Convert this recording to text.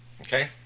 okay